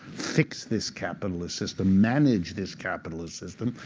fix this capitalist system, manage this capitalist system.